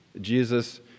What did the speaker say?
Jesus